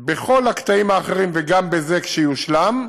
בכל הקטעים האחרים, וגם בזה, כשיושלם,